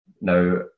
Now